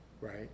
right